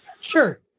Sure